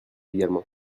également